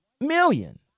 million